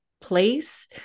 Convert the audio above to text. place